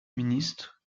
ministre